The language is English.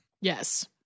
Yes